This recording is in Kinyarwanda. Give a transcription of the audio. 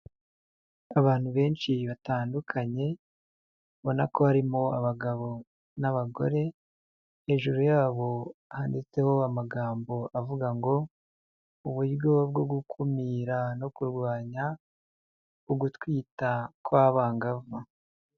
Abantu benshi batandukanye, ubabona ko harimo abagabo n'abagore, hejuru yabo handitseho amagambo avuga ngo, uburyo bwo gukumira no kurwanya ugutwita kw'abangavu.